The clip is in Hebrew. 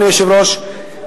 אדוני היושב-ראש,